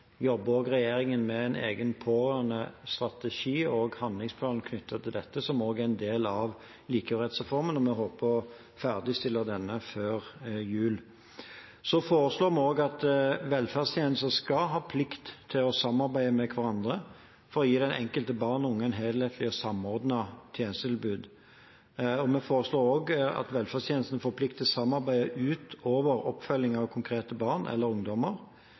handlingsplan knyttet til dette, som også er en del av likeverdsreformen, og vi håper å ferdigstille denne før jul. Så foreslår vi også at velferdstjenestene skal ha plikt til å samarbeide med hverandre for å gi den enkelte, barn og unge, et helhetlig og samordnet tjenestetilbud. Vi foreslår også at velferdstjenestene får plikt til samarbeid utover oppfølging av konkrete barn eller ungdommer.